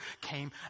came